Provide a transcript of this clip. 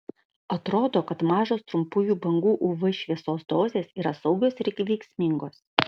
atrodo kad mažos trumpųjų bangų uv šviesos dozės yra saugios ir veiksmingos